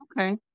okay